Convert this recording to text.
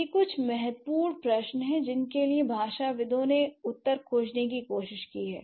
ये कुछ महत्वपूर्ण प्रश्न हैं जिनके लिए भाषाविदों ने उत्तर खोजने की कोशिश की है